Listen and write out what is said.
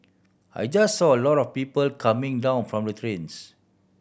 I just saw a lot of people coming down from the trains